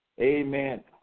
Amen